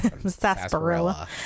sarsaparilla